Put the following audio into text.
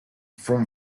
from